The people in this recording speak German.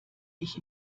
ich